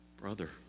brother